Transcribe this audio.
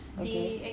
okay